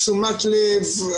תשומת לב,